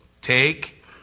Take